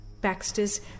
Baxter's